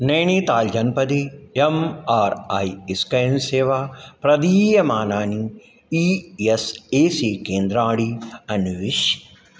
नैनीतालजनपदे M R I scan सेवा प्रदीयमानानि E S A C केन्द्राणि अन्विष्य